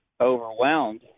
overwhelmed